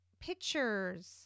pictures